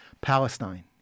Palestine